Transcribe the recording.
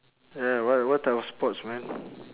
ya what what type of sports man